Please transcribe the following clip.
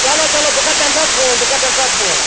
چلو چلو بہٕ کرٕ تَمہِ ساتہٕ فون بہٕ کرٕ تَمہِ ساتہٕ فون